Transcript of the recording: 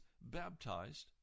baptized